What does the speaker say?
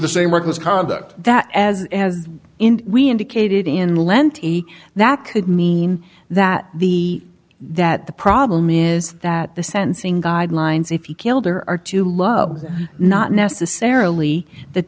the same work as conduct that as in we indicated in leonti that could mean that the that the problem is that the sentencing guidelines if you kill there are to love not necessarily that